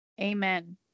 Amen